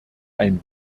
ein